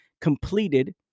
completed